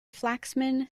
flaxman